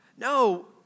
No